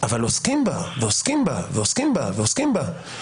אבל עוסקים בה ועוסקים בה ועוסקים בה ועוסקים בה,